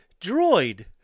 droid